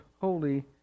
Holy